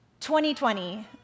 2020